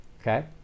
okay